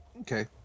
Okay